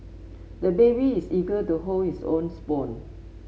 the baby is eager to hold his own spoon